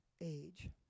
age